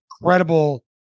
Incredible